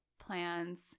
plans